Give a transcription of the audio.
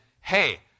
Hey